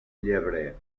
llebrer